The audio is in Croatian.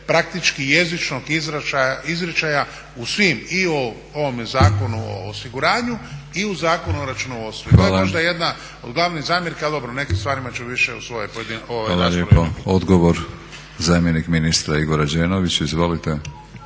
praktički jezičnog izričaja u svim i u ovome Zakonu o osiguranju i o Zakonu o računovodstvu. I to je možda jedna od glavnih zamjerki ali dobro o nekim stvarima ću više u svojoj pojedinačnoj